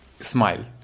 smile